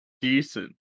Decent